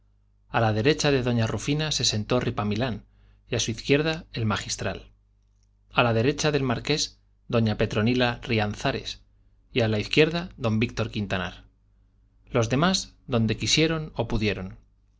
a la derecha de doña rufina se sentó ripamilán y a su izquierda el magistral a la derecha del marqués doña petronila rianzares y a la izquierda don víctor quintanar los demás donde quisieron o pudieron